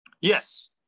Yes